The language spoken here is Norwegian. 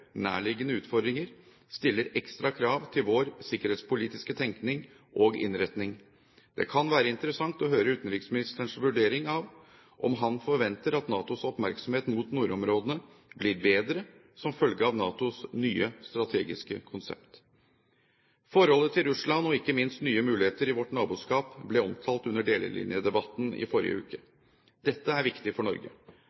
nærliggende utfordringer, stiller ekstra krav til vår sikkerhetspolitiske tenkning og innretning. Det kunne være interessant å høre utenriksministerens vurdering av om han forventer at NATOs oppmerksomhet mot nordområdene blir bedre som følge av NATOs nye strategiske konsept. Forholdet til Russland og ikke minst nye muligheter i vårt naboskap ble omtalt under delelinjedebatten i forrige uke.